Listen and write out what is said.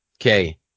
okay